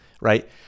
right